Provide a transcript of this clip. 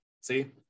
see